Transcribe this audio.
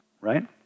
right